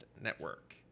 network